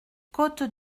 côte